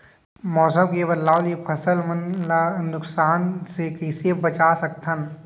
मौसम के बदलाव ले फसल मन ला नुकसान से कइसे बचा सकथन?